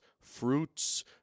fruits